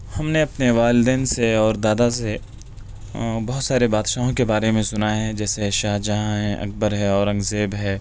ہم نے اپنے والدین سے اور دادا سے بہت سارے بادشاہوں کے بارے میں سُنا ہے جیسے شاہ جہاں ہے اکبر ہے اورنگ زیب ہے